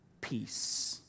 peace